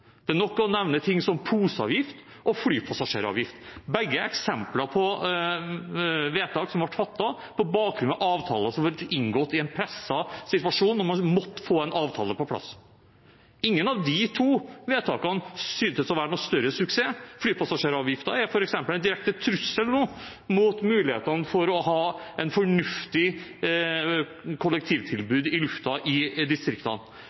Det er nok å nevne ting som poseavgift og flypassasjeravgift, som begge er eksempler på vedtak som ble fattet på bakgrunn av avtaler som er blitt inngått i en presset situasjon der man måtte få en avtale på plass. Ingen av de to vedtakene syntes å være noen større suksess. Flypassasjeravgiften er f.eks. nå en direkte trussel mot mulighetene for å ha et fornuftig kollektivtilbud i lufta i distriktene.